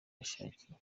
ashakiye